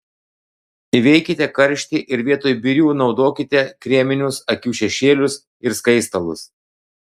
įveikite karštį ir vietoj birių naudokite kreminius akių šešėlius ir skaistalus